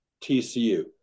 TCU